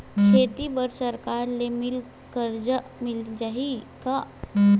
खेती बर सरकार ले मिल कर्जा मिल जाहि का?